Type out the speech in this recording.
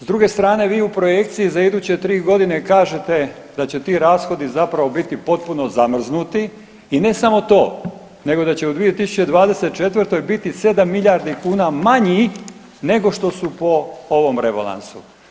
S druge strane vi u projekciji za iduće tri godine kažete da će ti rashodi zapravo biti potpuno zamrznuti i ne samo to nego da će u 2024. biti 7 milijardi kuna manji nego što su po ovom rebalansu.